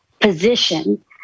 position